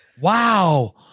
Wow